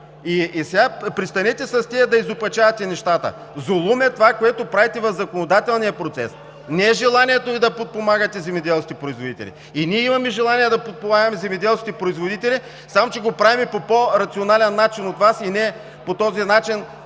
някой!? Престанете да изопачавате нещата! Зулуми е това, което правите в законодателния процес. Не е желанието Ви да подпомагате земеделските производители. И ние имаме желание да подпомагаме земеделските производители, само че го правим по по-рационален начин от Вас. Питах Ви и